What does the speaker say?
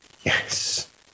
Yes